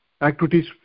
activities